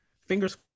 Fingers